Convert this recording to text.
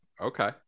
Okay